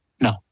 No